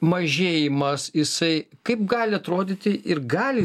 mažėjimas jisai kaip gali atrodyti ir gali jis